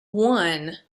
one